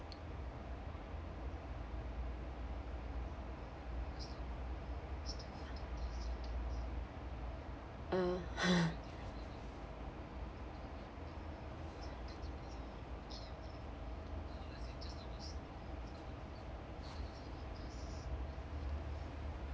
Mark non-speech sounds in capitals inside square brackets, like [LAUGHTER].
uh [LAUGHS]